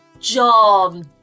john